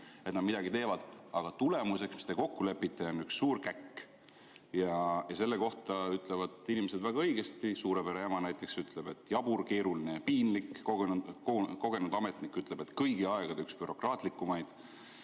et nad midagi teevad. Aga tulemuseks, kui te midagi kokku lepite, on üks suur käkk. Selle kohta ütlevad inimesed väga õigesti. Suure pere ema näiteks ütleb, et jabur, keeruline ja piinlik. Kogenud ametnik ütleb, et kõigi aegade üks bürokraatlikumaid.